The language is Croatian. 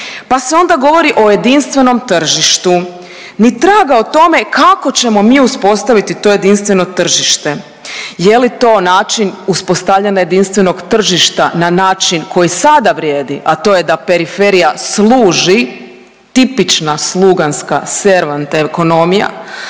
Pa se onda govori o jedinstvenom tržištu, ni traga o tome kako ćemo mi uspostaviti to jedinstveno tržište. Je li to način uspostavljanja jedinstvenog tržišta na način koji sada vrijedi, a to je da periferija služi tipična sluganska, servant ekonimija,